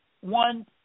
one